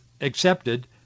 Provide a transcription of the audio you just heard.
accepted